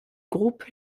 groupe